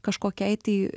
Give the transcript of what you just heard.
kažkokiai tai